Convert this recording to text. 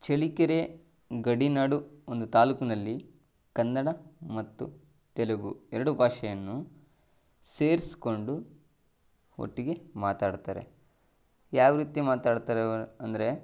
ಚಳ್ಳಕೆರೆ ಗಡಿನಾಡು ಒಂದು ತಾಲೂಕಿನಲ್ಲಿ ಕನ್ನಡ ಮತ್ತು ತೆಲುಗು ಎರಡೂ ಭಾಷೆಯನ್ನು ಸೇರಿಸ್ಕೊಂಡು ಒಟ್ಟಿಗೆ ಮಾತಾಡ್ತಾರೆ ಯಾವ ರೀತಿ ಮಾತಾಡ್ತಾರೆ ಅವ್ರು ಅಂದರೆ